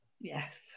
yes